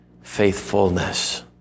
faithfulness